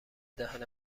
دهن